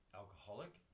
alcoholic